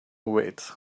wait